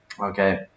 okay